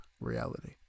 reality